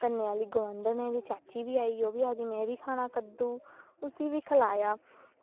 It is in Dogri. कन्ने आह्ली गुआंढनें दी चाची बी आई ओह्बी आक्खदी में बी खानी सब्ज़ी उसी बी खलाया